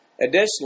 Additionally